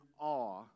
awe